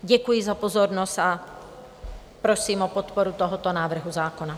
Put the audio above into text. Děkuji za pozornost a prosím o podporu tohoto návrhu zákona.